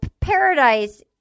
paradise